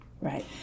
Right